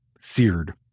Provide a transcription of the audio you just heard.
seared